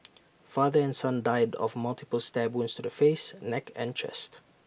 father and son died of multiple stab wounds to the face neck and chest